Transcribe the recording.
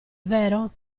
vero